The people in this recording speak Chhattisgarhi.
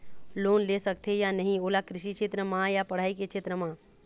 लोन ले सकथे या नहीं ओला कृषि क्षेत्र मा या पढ़ई के क्षेत्र मा?